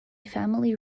family